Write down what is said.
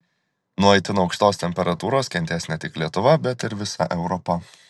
nuo itin aukštos temperatūros kentės ne tik lietuva bet ir visa europa